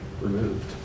removed